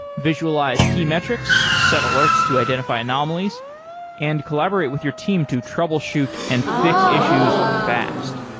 visualize key metrics, set alerts to identity anomalies and collaborate with your team to troubleshoot and fix issues fast.